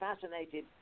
fascinated